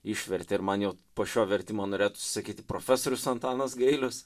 išvertė ir man jau po šio vertimo norėtųsi sakyti profesorius antanas gailius